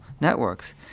networks